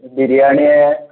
ബിരിയാണിയാണോ